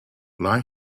lai